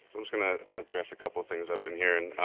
so was going to address a couple things i've been hearing.